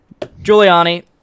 giuliani